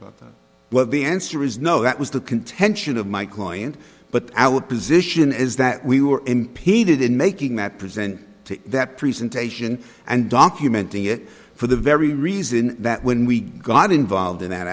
about what the answer is no that was the contention of my client but our position is that we were impeded in making that present to that presentation and documenting it for the very reason that when we got involved in that